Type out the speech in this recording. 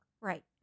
Right